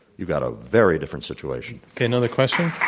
you've got a very different situation. okay, another question.